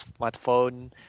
Smartphone